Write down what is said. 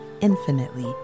infinitely